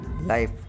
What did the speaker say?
life